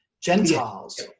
Gentiles